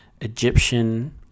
Egyptian